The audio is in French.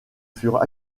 furent